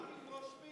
רק אם רושמים.